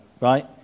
right